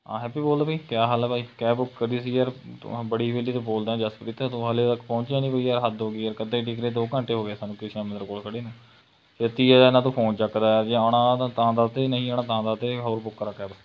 ਹਾਂ ਹੈਪੀ ਬੋਲਦਾ ਬਾਈ ਕਿਆ ਹਾਲ ਆ ਬਾਈ ਕੈਬ ਬੁੱਕ ਕਰੀ ਸੀ ਯਾਰ ਤੂੰ ਬੜੀ ਹਵੇਲੀ ਤੋਂ ਬੋਲਦਾ ਜਸਪ੍ਰੀਤ ਤੂੰ ਹਾਲੇ ਤੱਕ ਪਹੁੰਚਿਆ ਨਹੀਂ ਤੂੰ ਯਾਰ ਹੱਦ ਹੋ ਗਈ ਯਾਰ ਕੱਦੇ ਉਡੀਕਦੇ ਦੋ ਘੰਟੇ ਹੋ ਗਏ ਸਾਨੂੰ ਕ੍ਰਿਸ਼ਨਾ ਮੰਦਰ ਕੋਲ ਖੜ੍ਹੇ ਨੂੰ ਅਤੇ ਤੀਏ ਦਾ ਨਾ ਤੂੰ ਫੋਨ ਚੱਕਦਾ ਜੇ ਆਉਣਾ ਹੈ ਤਾਂ ਦੱਸਦੇ ਨਹੀਂ ਆਉਣਾ ਤਾਂ ਦੱਸਦੇ ਹੋਰ ਬੁੱਕ ਕਰਾਂ ਕੈਬ